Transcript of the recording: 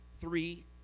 three